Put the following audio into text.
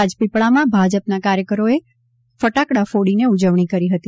રાજપીપળામાં ભાજપના કાર્યકરોએ ફટાકડા ફોડી ઉજવણી કરી હતી